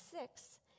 six